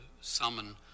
summon